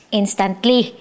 instantly